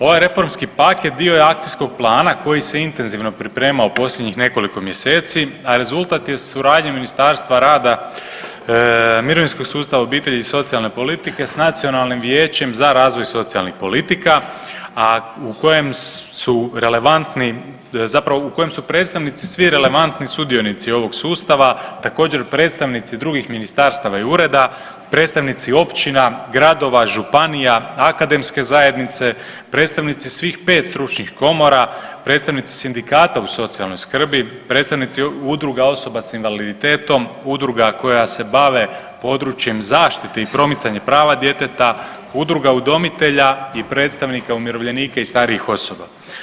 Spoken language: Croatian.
Ovaj reformski paket dio je akcijskog plana koji se intenzivno pripremao posljednjih nekoliko mjeseci, a rezultat je suradnje Ministarstva rada, mirovinskog sustava, obitelji i socijalne politike s Nacionalnim vijećem za razvoj socijalnih politika, a u kojem su relevantni, zapravo u kojem su predstavnici svi relevantni sudionici ovog sustava, također predstavnici drugih ministarstava i ureda, predstavnici općina, gradova, županija, akademske zajednice, predstavnici svih 5 stručnih komora, predstavnici sindikata u socijalnoj skrbi, predstavnici udruga osoba s invaliditetom, udruga koja se bave područjem zaštite i promicanja prava djeteta, udruga udomitelja i predstavnika umirovljenika i starijih osoba.